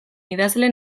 idazle